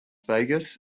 vegas